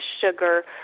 sugar